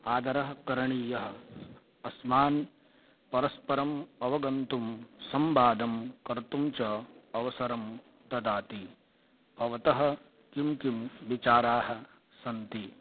आदरः करणीयः अस्मान् परस्परम् अवगन्तुं संवादं कर्तुं च अवसरं ददाति भवतः किं किं विचाराः सन्ति